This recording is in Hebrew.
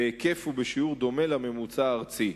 בהיקף ובשיעור דומה לממוצע הארצי.